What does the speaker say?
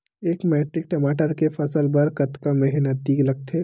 एक मैट्रिक टमाटर के फसल बर कतका मेहनती लगथे?